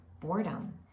boredom